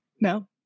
No